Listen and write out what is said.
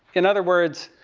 in other words,